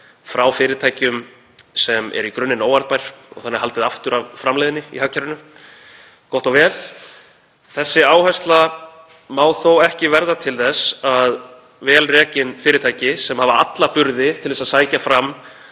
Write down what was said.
frá fyrirtækjum sem eru í grunninn óarðbær og þannig haldið aftur af framleiðni í hagkerfinu. Gott og vel. Þessi áhersla má þó ekki verða til þess að vel rekin fyrirtæki, sem hafa alla burði til að sækja fram